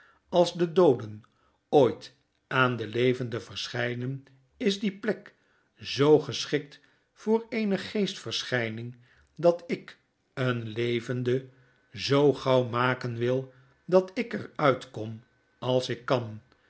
als de dooden ooit aan de levenden verschijnen is die plek zoo geschikt voor eene geestverschyning dat ik een levende zoo gauw maken wil dat ik er uit kom als ik kan